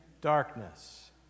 darkness